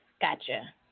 gotcha